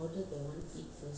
which one suria aunty